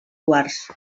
quars